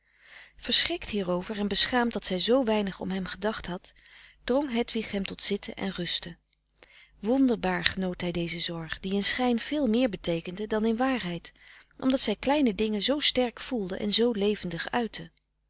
verschrikt hierover en beschaamd dat zij zoo weinig om hem gedacht had drong hedwig hem tot zitten en rusten wonderbaar genoot hij deze zorg die in schijn veel meer beteekende dan in waarheid omdat zij kleine dingen zoo sterk voelde en zoo levendig uitte